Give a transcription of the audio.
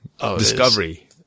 discovery